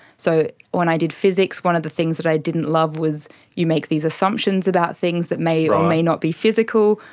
so when i did physics, one of the things that i didn't love was you make these assumptions about things that may or may not be physical,